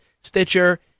Stitcher